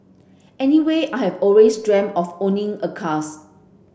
anyway I have always dreamt of owning a cars